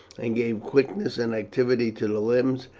and gave quickness and activity to the limbs,